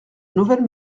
nouvelles